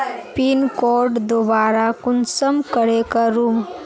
Pin code दोबारा कुंसम करे करूम?